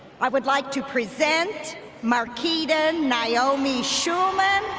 i would like to present markita naomi schulman